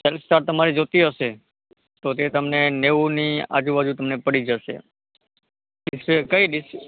self start તમારે જોઇતી હશે તો તે તમને નેવુંની આજુબાજુ તમને પડી જશે ડીસ કઈ ડીસ